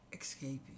escaping